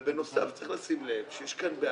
בנוסף, צריך לשים לב שיש כאן בעיה,